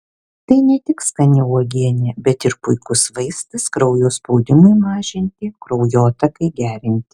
tai ne tik skani uogienė bet ir puikus vaistas kraujo spaudimui mažinti kraujotakai gerinti